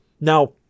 Now